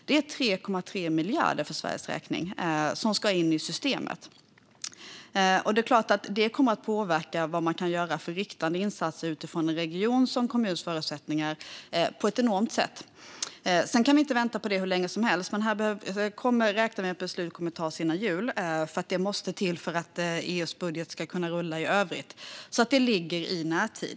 Det är 3,3 miljarder för Sveriges räkning som ska in i systemet. Det är klart att det kommer att påverka vilka riktade insatser man kan göra utifrån en regions och en kommuns förutsättningar på ett enormt kraftfullt sätt. Sedan kan vi inte vänta på det hur länge som helst, men vi räknar med att beslut kommer att fattas före jul. Det måste till för att EU:s budget ska kunna rulla i övrigt. Det ligger alltså i närtid.